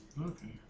Okay